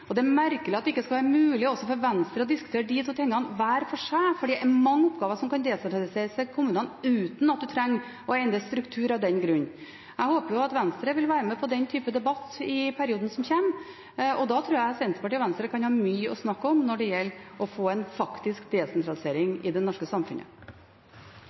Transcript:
strukturendring. Det er merkelig at det ikke skal være mulig også for Venstre å diskutere de to tingene hver for seg, for det er mange oppgaver som kan desentraliseres til kommunene uten at en trenger å endre struktur av den grunn. Jeg håper at Venstre vil være med på den type debatt i perioden som kommer. Jeg tror Senterpartiet og Venstre kan ha mye å snakke om når det gjelder å få en faktisk desentralisering i det norske samfunnet.